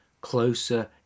closer